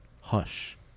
Hush